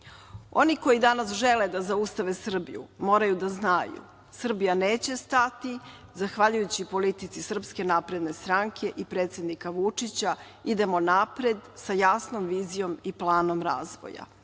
Oni koji danas žele da zaustave Srbiju moraju da znaju, Srbija neće stati, zahvaljujući politici SNS i predsednika Vučića. Idemo napred sa jasnom vizijom i planom razvoja. Pozivam